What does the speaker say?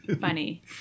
Funny